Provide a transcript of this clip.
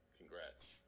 Congrats